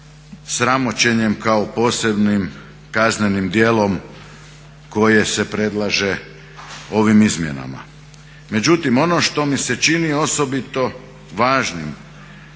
sramoćenjem kao posebnim kaznenim djelom koje se predlaže ovim izmjenama. Međutim, ono što mi se čini osobito važnim